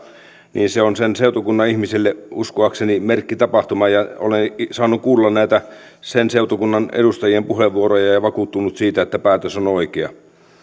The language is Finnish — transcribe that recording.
niin se on sen seutukunnan ihmisille uskoakseni merkkitapahtuma olen saanut kuulla sen seutukunnan edustajien puheenvuoroja ja vakuuttunut siitä että päätös on on oikea